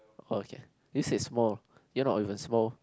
okay this is small you're not even small